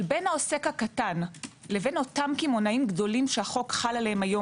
אבל בין העוסק הקטן לבין אותם קמעונאים גדולים שהחוק חל עליהם היום